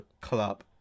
club